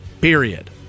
Period